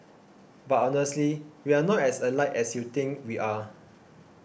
but honestly we aren't as alike as you think we are